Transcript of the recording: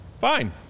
fine